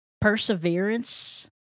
perseverance